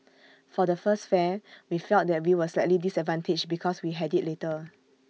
for the first fair we felt that we were slightly disadvantaged because we had IT later